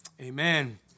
Amen